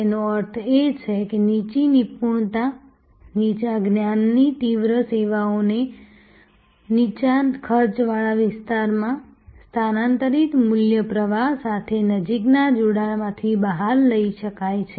તેનો અર્થ એ છે કે નીચી નિપુણતા નીચા જ્ઞાનની તીવ્ર સેવાઓને નીચા ખર્ચવાળા વિસ્તારોમાં સ્થાનાંતરિત મૂલ્ય પ્રવાહ સાથેના નજીકના જોડાણમાંથી બહાર લઈ શકાય છે